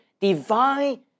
divine